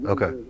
Okay